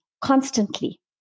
constantly